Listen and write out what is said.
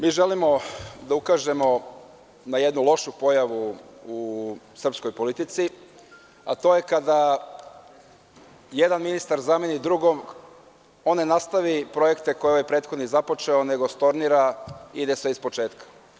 Mi želimo da ukažemo na jednu lošu pojavu u srpskoj politici, a to je kada jedan ministar zameni drugog, on ne nastavi projekte koje je ovaj prethodni započeo, nego stornira i ide sve iz početka.